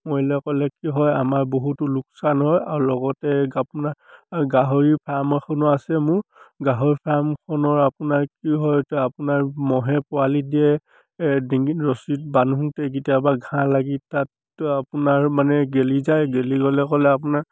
মৰিলে কৰিলে কি হয় আমাৰ বহুতো লোকচান হয় আৰু লগতে আপোনাৰ গাহৰি ফাৰ্ম এখনো আছে মোৰ গাহৰি ফাৰ্মখনৰ আপোনাৰ কি হয় এতিয়া আপোনাৰ মহে পোৱালি দিয়ে ডিঙিত ৰছীত বান্ধোঁতে কেতিয়াবা ঘাঁহ লাগি তাতে আপোনাৰ মানে গেলি যায় গেলি গ'লে ক'লে আপোনাৰ